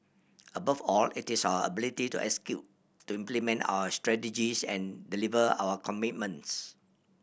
above all it is our ability to execute to implement our strategies and deliver our commitments